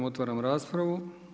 Otvaram raspravu.